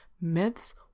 myths